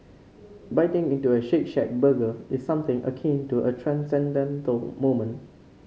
biting into a Shake Shack burger is something akin to a transcendental moment